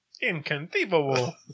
Inconceivable